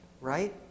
right